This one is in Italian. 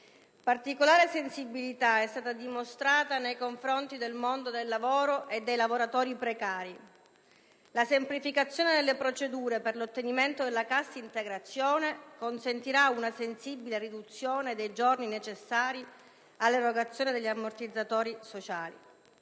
Particolare sensibilità è stata dimostrata nei confronti del mondo del lavoro e dei lavoratori precari. La semplificazione delle procedure per l'ottenimento della cassa integrazione consentirà una sensibile riduzione dei giorni necessari all'erogazione degli ammortizzatori sociali.